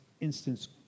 instance